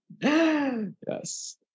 Yes